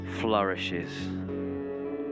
Flourishes